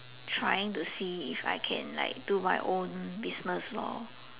trying to see if I can like do my own business lor